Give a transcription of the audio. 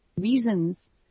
reasons